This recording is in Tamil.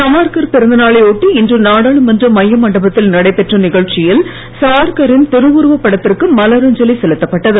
சாவர்கர் பிறந்தநாளை ஒட்டி இன்று நாடாளுமன்ற மைய மண்டபத்தில் நடைபெற்ற நிகழ்ச்சியில் சாவர்கரின் திருவுருவப் படத்திற்கு மலரஞ்சலி செலுத்தப்பட்டது